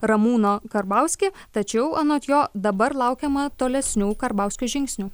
ramūno karbauskį tačiau anot jo dabar laukiama tolesnių karbauskio žingsnių